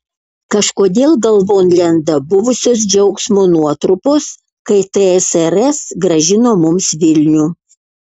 kažkodėl galvon lenda buvusios džiaugsmo nuotrupos kai tsrs grąžino mums vilnių